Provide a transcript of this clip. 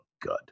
good